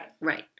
Right